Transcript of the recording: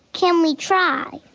can we try.